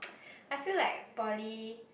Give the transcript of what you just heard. I feel like poly